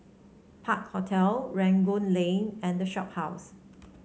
Park Hotel Rangoon Lane and The Shophouse